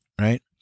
right